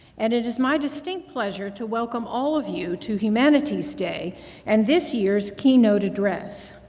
and it is my distinct pleasure to welcome all of you to humanities day and this year's keynote address.